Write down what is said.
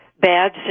bad